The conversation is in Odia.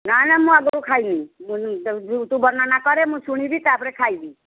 ନା ନା ମୁଁ ଆଗରୁ ଖାଇବିନି ତୁ ବର୍ଣ୍ଣନା କରେ ମୁଁ ଶୁଣିବି ତା'ପରେ ଖାଇବି